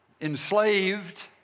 enslaved